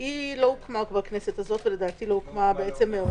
היא לא הוקמה בכנסת הזאת, ולטעמי לא הוקמה מעולם.